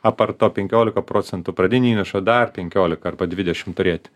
apart to penkiolika procentų pradinio įnašo dar penkiolika arba dvidešimt turėti